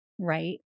right